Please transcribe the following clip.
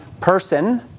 person